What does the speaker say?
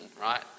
Right